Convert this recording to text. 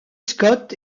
scott